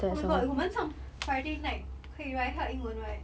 oh my god 我们唱 friday night 可以 right 他英文 right